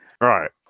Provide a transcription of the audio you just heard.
right